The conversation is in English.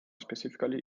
specifically